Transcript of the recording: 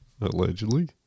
Allegedly